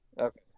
Okay